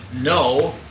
no